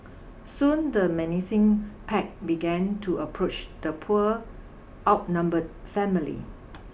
soon the menacing pack began to approach the poor outnumbered family